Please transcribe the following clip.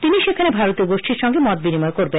তিনি সেখানে ভারতীয় গোষ্ঠীর সঙ্গে মতবিনিময় করবেন